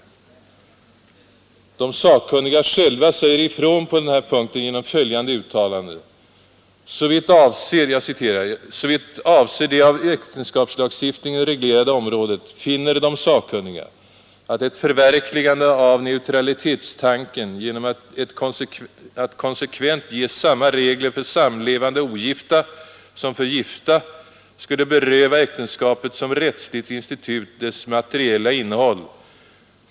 De sakkunniga själva säger ifrån på den här punkten genom följande uttalande: ”Såvitt avser det av äktenskapslagstiftningen reglerade området finner de sakkunniga att ett förverkligande av neutralitetstanken genom att konsekvent ge samma regler för samlevande ogifta som för gifta skulle beröva äktenskapet som rättsligt institut dess materiella innehåll.